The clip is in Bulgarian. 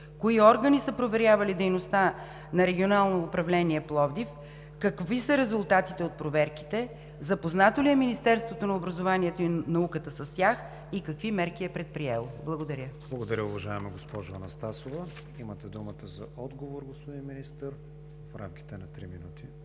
кои органи са проверявали дейността на Регионално управление – Пловдив; какви са резултатите от проверките; запознато ли е Министерството на образованието и науката с тях; и какви мерки е предприело? Благодаря. ПРЕДСЕДАТЕЛ КРИСТИАН ВИГЕНИН: Благодаря, уважаема госпожо Анастасова. Имате думат за отговор, господин Министър, в рамките на три минути.